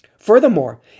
Furthermore